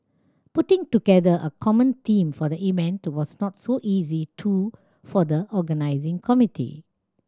putting together a common theme for the event was not so easy too for the organising committee